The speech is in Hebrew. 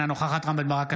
אינה נוכחת רם בן ברק,